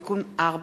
(תיקון,